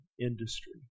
industry